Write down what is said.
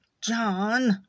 john